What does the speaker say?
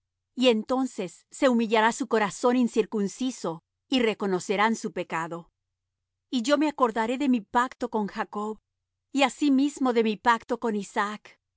y entonces se humillará su corazón incircunciso y reconocerán su pecado y yo me acordaré de mi pacto con jacob y asimismo de mi pacto con isaac